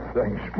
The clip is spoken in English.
Thanks